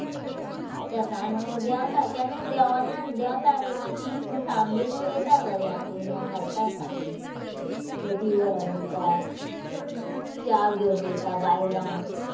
शेतान देंवता केन्ना देंवना देंवता तीं मातशीं पूण थाम बीन उडयता चऱ्यांक कुणग्यांक घालता थाम एटी व्हरोन दिता चाव घेवन वयता बायलां